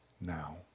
now